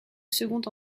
second